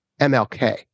MLK